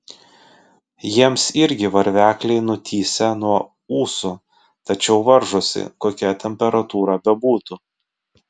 jiems irgi varvekliai nutįsę nuo ūsų tačiau varžosi kokia temperatūra bebūtų